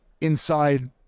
inside